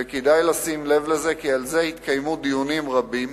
וכדאי לשים לב לזה, כי על זה התקיימו דיונים רבים,